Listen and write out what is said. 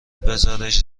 بزارش